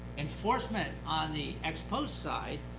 enforcement on the ex-post side,